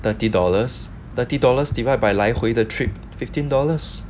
thirty dollars thirty dollars divide by 来回的 trip fifteen dollars